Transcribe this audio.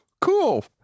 cool